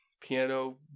piano